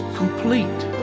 complete